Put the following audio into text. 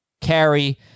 carry